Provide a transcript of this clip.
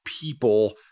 people